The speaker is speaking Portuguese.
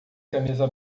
camisa